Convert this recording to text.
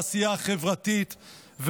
בעשייה החברתית,